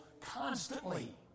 constantly